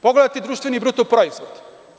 Pogledajte društveni bruto proizvod.